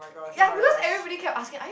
oh-my-gosh